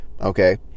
okay